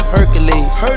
Hercules